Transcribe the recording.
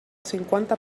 cinquanta